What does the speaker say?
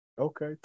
Okay